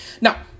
Now